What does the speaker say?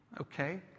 okay